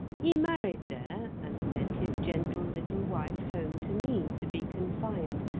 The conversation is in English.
he married there, and sent his gentle little wife home to me to be confined,